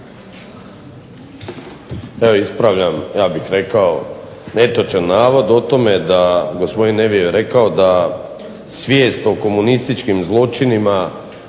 Evo ispravljam ja bih rekao netočan navod o tome, gospodin Nevio je rekao da svijest o komunističkim zločinima